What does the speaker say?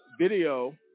video